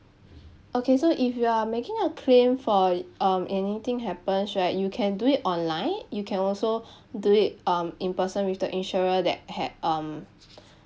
okay so if you are making a claim for um anything happens right you can do it online you can also do it um in person with the insurer that had um